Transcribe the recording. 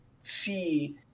see